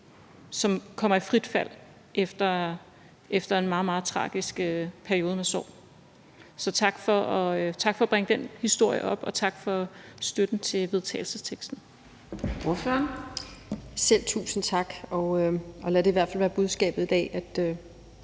som kommer i frit fald efter en meget, meget tragisk periode med sorg. Så tak for at bringe den historie op, og tak for støtten til vedtagelsesteksten. Kl. 14:51 Fjerde næstformand (Karina Adsbøl): Ordføreren.